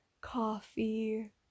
coffee